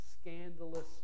scandalous